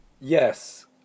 Yes